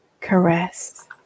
caress